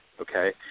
okay